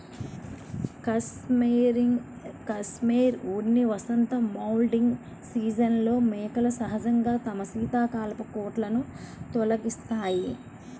cashmere ఉన్ని వసంత moulting సీజన్లో మేకలు సహజంగా తమ శీతాకాలపు కోటును తొలగిస్తాయి